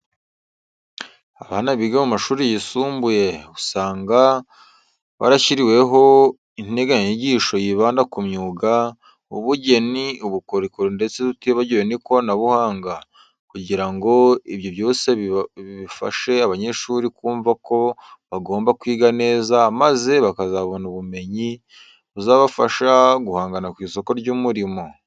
Abana biga mu mashuri yisumbuye usanga barashyiriweho integanyanyigisho yibanda ku myuga, ubugeni, ubukorikori ndetse tutibagiwe n'ikoranabuhanga kugira ngo ibyo byose bifashe abanyeshuri kumva ko bagomba kwiga neza maze bakazabona ubumenyi buzabafasha guhangana ku isoko ry'umurimo.